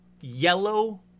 yellow